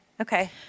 Okay